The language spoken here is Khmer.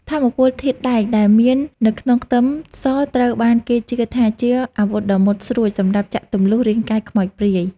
ថាមពលធាតុដែកដែលមាននៅក្នុងខ្ទឹមសត្រូវបានគេជឿថាជាអាវុធដ៏មុតស្រួចសម្រាប់ចាក់ទម្លុះរាងកាយខ្មោចព្រាយ។